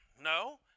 No